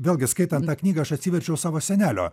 vėlgi skaitant tą knygą aš atsiverčiau savo senelio